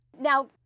Now